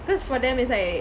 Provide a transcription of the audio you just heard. because for them it's like